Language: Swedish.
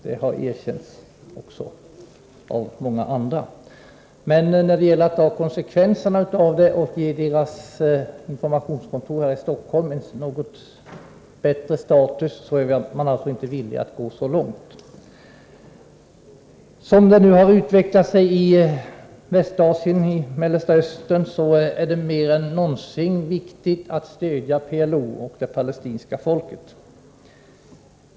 Man har alltså inte velat gå så långt att ta konsekvenserna av detta och ge PLO:s informationskontor här i Stockholm en något bättre status. Som det nu utvecklat sig i Västasien och Mellersta Östern är det mer än någonsin viktigt att stödja PLO och det palestinska folket.